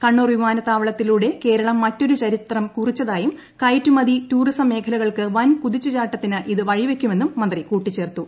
കണ്ണൂർ വിമാനത്താവളത്തിലൂടെ കേരളം മറ്റൊരു ചരിത്രം കുറിച്ചതായും കയറ്റുമതി ടൂറിസം മേഖലകൾക്ക് വൻ കുതിച്ചു ചാട്ടത്തിന് ഇത് വഴിവെക്കുമെന്നും മന്ത്രി കൂട്ടിച്ചേർത്തു